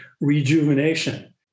rejuvenation